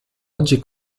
oggi